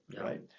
right